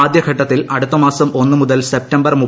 ആദ്യഘട്ടത്തിൽ അടുത്ത മാസം ഒന്ന് മുതൽ സെപ്റ്റംബർ നടപ്പാക്കുക